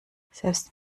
selbst